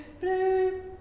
blue